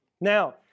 Now